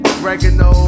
oregano